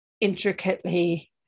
Intricately